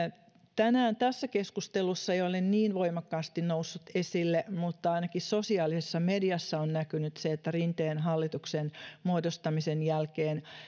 tänään tässä keskustelussa ei ole niin voimakkaasti noussut esille mutta ainakin sosiaalisessa mediassa on näkynyt se että rinteen hallituksen muodostamisen jälkeen myös